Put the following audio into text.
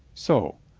so.